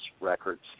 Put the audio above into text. records